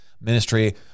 ministry